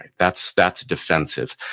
and that's that's defensive.